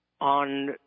on